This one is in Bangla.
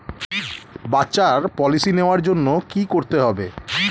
বাচ্চার জন্য পলিসি নেওয়ার জন্য কি করতে হবে?